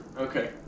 Okay